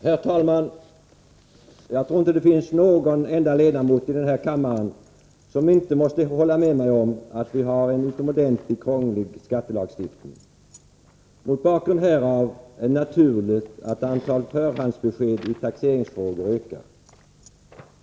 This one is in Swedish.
Herr talman! Jag tror inte det finns någon enda ledamot i denna kammare som inte måste hålla med mig om att vi har en utomordentligt krånglig skattelagstiftning. Mot bakgrund härav är det naturligt att antalet förhandsbesked i taxeringsfrågor ökar.